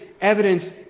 evidence